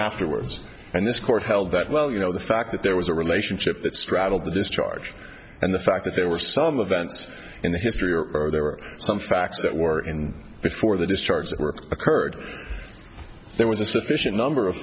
afterwards and this court held that well you know the fact that there was a relationship that straddled the discharge and the fact that there were some of that's in the history or are there are some facts that were in before the discharge occurred there was a sufficient number of